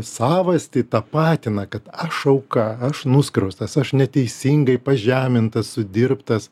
savastį tapatina kad aš auka aš nuskriaustas aš neteisingai pažemintas sudirbtas